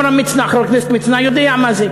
חבר הכנסת מצנע יודע מה זה.